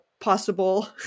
possible